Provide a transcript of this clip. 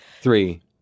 Three